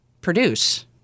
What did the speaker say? produce